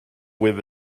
with